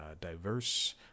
diverse